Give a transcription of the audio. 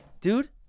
dude